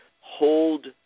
hold